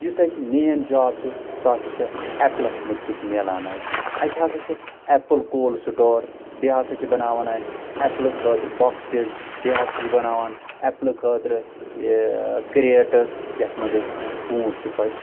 یُس اتہِ main job چھُ سُہ ہسا چھُ ایٚپلس مُتلِق ملان اتہِ اتہِ ہسا چھِ ایٚپٕل کول سٹور بیٚیہِ ہسا چھِ بناوان اتہِ ایٚپلہٕ خٲطرٕ بۄکسِز بیٚیہِ ہسا چھِ بناوان ایٚپلہٕ خٲطرٕ کریٹٕس یتھ منٛز أسۍ ژوٗنٛٹھۍ چھِ پتہٕ